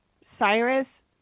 Cyrus